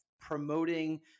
promoting